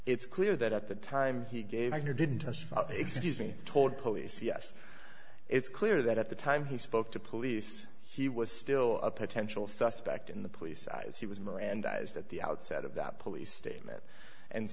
it's clear that at the time he gave her didn't testify excuse me told police yes it's clear that at the time he spoke to police he was still a potential suspect in the police eyes he was mirandized at the outset of that police statement and